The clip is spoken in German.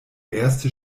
erste